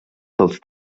dels